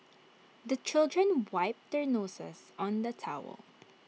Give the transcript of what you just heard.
the children wipe their noses on the towel